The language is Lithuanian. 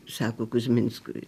sako kuzminskui